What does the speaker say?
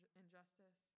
injustice